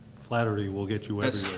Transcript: flattery will get you